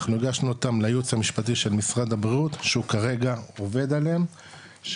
הגשנו אותם לייעוץ המשפטי של משרד הבריאות שהוא כרגע עובד עליהם,